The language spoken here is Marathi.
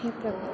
हे प्र